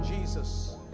Jesus